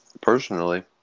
Personally